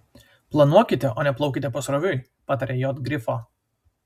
planuokite o ne plaukite pasroviui pataria j grifo